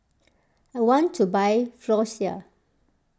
I want to buy Floxia